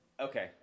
Okay